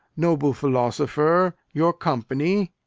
noble philosopher, your company.